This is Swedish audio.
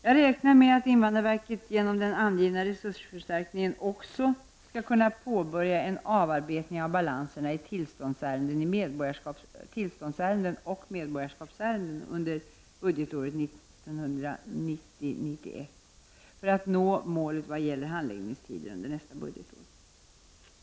Jag räknar med att invandrarverket genom den angivna resursförstärkningen också skall kunna påbörja en avarbetning av balanserna i tillståndsärenden och medborgarskapsärenden under budgetåret 1990/91 för att nå målen vad gäller handläggningstider under nästa budgetår.